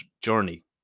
journey